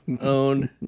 own